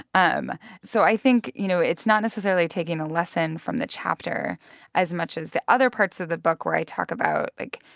um so i think, you know, it's not necessarily taking a lesson from the chapter as much as the other parts of the book where i talk about, like,